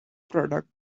product